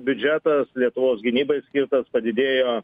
biudžetas lietuvos gynybai skirtas padidėjo